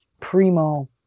primo